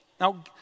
Now